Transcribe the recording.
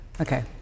Okay